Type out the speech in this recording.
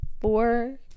Four